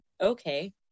Okay